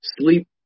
sleep